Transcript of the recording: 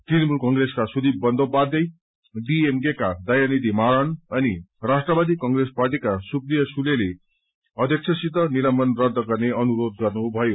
तृणमूल कंग्रेसकासुदीप बन्दोपाध्याय डिएमके का दयानिधि मारन अनि राष्ट्रवादी कांग्रेस पार्टीका सुक्रिया संलेले अध्यक्षसित निलम्बन रद्व गर्ने अनुरोध गर्नुमयो